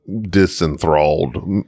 disenthralled